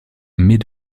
mais